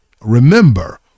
Remember